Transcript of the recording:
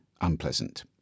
unpleasant